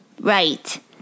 Right